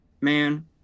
man